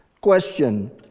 question